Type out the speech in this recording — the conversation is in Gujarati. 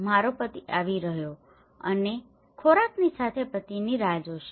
મારો પતિ આવી રહ્યો છે અને ખોરાકની સાથે પતિની રાહ જોશે